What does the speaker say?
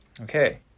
Okay